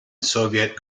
soviet